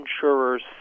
insurers